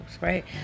Right